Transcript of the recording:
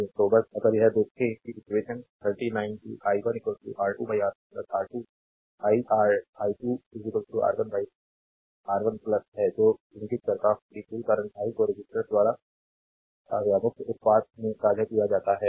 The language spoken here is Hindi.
तो बस अगर यह देखें कि इक्वेशन 39 कि i1 R2 R1 R2 i i2 R1 R1 है जो इंगित करता है कि कुल करंट i को रेसिस्टर्स द्वारा व्युत्क्रम अनुपात में साझा किया जाता है और